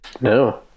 No